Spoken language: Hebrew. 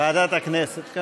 ועדת הכנסת.